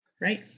Right